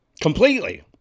completely